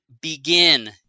begin